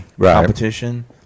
competition